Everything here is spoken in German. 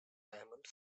diamond